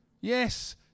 Yes